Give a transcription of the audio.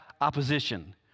opposition